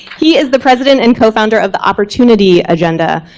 he is the president and co-founder of the opportunity agenda,